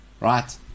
right